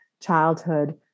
childhood